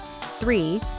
Three